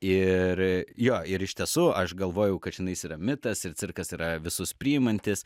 ir jo ir iš tiesų aš galvojau kad čianais yra mitas ir cirkas yra visus priimantis